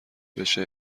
بشه